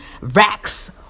racks